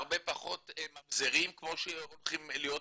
והרבה פחות ממזרים כמו שהולכים להיות כאן,